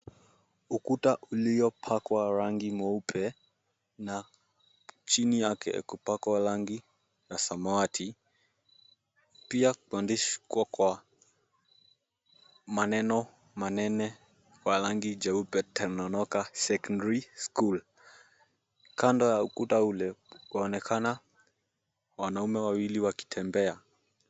Ukuta uliopakwa rangi mweupe na chini yake kupakwa rangi ya samawati. Pia kuandikwa kwa maneno manene kwa rangi jeupe, Tononoka Secondary School. Kando ya ukuta ule kwaonekana wanaume wawili wakitembea.